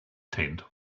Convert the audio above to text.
tent